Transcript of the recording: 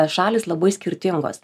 šalys labai skirtingos